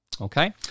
Okay